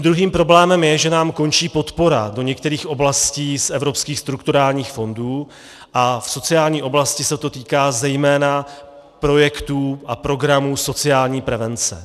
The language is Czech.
Druhým problémem je, že nám končí podpora do některých oblastí z evropských strukturálních fondů a v sociální oblasti se to týká zejména projektů a programů sociální prevence.